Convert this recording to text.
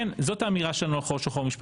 זאת האמירה המשפטית